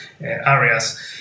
areas